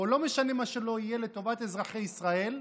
או לא משנה מה שלא יהיה, לטובת אזרחי ישראל,